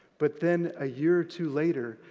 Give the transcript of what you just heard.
but then, a year or two later,